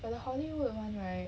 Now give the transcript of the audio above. but the hollywood [one] right